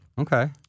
Okay